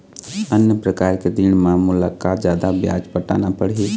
अन्य प्रकार के ऋण म मोला का जादा ब्याज पटाना पड़ही?